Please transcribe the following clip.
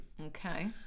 Okay